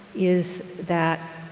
is that